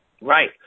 Right